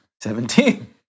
Seventeen